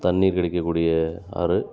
தண்ணீர் கிடைக்கக்கூடிய ஆறு